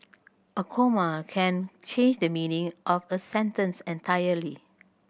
a comma can change the meaning of a sentence entirely